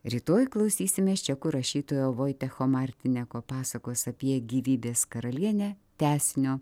rytoj klausysimės čekų rašytojo voitecho martineko pasakos apie gyvybės karalienę tęsinio